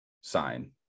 sign